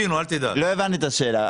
לא הבנו את השאלה.